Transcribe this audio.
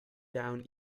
down